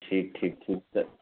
ठीक ठीक ठीक तऽ